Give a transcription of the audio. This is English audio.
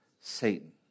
Satan